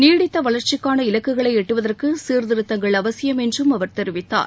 நீடித்த வளர்ச்சிக்கான இலக்குகளை எட்டுவதற்கு சீர்திருத்தங்கள் அவசியம் என்றும் அவர் தெரிவித்தார்